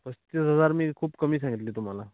पस्तीस हजार मी खूप कमी सांगितले तुम्हाला